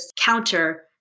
counter